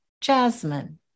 jasmine